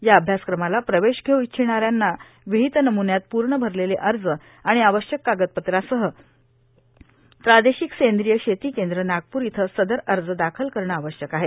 या अभ्यासक्रमाला प्रवेश घेऊ इच्छीणा यांना विहित नम्न्यात पूर्ण भरलेले अर्ज आणि आवश्यक कागदपत्रासह प्रादेशिक सेंद्रीय शेती केंद्र नागप्र इथं सदर अर्ज दाखल करणे आवश्यक आहे